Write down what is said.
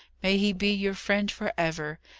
may he be your friend for ever!